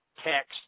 text